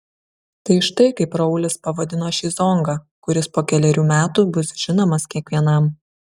tai štai kaip raulis pavadino šį zongą kuris po kelerių metų bus žinomas kiekvienam